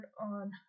on